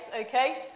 okay